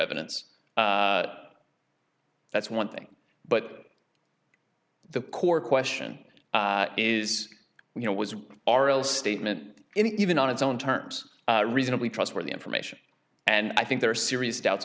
evidence that's one thing but the core question is you know was oral statement and even on its own terms reasonably trustworthy information and i think there are serious doubts